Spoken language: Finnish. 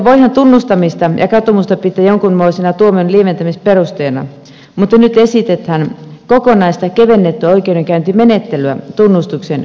voihan tunnustamista ja katumusta pitää jonkunmoisena tuomion lieventämisperusteena mutta nyt esitetään kokonaista kevennettyä oikeudenkäyntimenettelyä tunnustuksen pohjalta